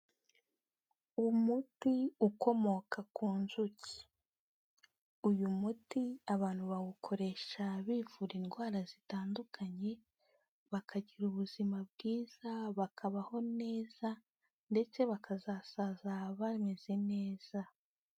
Umuti ukomoka ku nzuki, uyu muti abantu bawukoresha bivura indwara zitandukanye, bakagira ubuzima bwiza, bakabaho neza ndetse bakazasaza bameze neza.